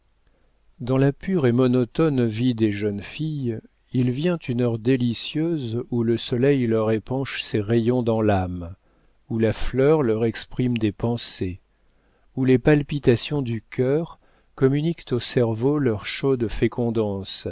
dans la pure et monotone vie des jeunes filles il vient une heure délicieuse où le soleil leur épanche ses rayons dans l'âme où la fleur leur exprime des pensées où les palpitations du cœur communiquent au cerveau leur chaude fécondance